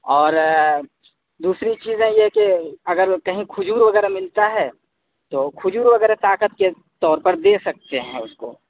اور دوسری چیزیں یہ ہے کہ اگر کہیں کھجور وغیرہ ملتا ہے تو کھجور وغیرہ طاقت کے طور پر دے سکتے ہیں اس کو